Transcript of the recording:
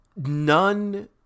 none